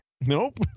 Nope